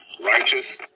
righteous